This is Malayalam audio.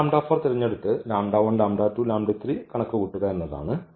ഇപ്പോൾ തിരഞ്ഞെടുത്ത് കണക്കുകൂട്ടുക എന്നതാണ്